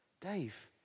Dave